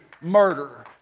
murder